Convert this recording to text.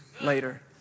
later